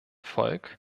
volk